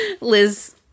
Liz